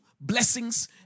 blessings